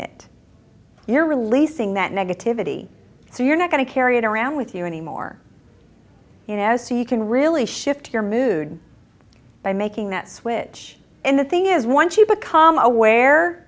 it you're releasing that negativity so you're not going to carry it around with you anymore you know so you can really shift your mood by making that switch and the thing is once you become aware